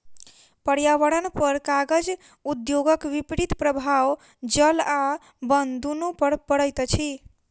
पर्यावरणपर कागज उद्योगक विपरीत प्रभाव जल आ बन दुनू पर पड़ैत अछि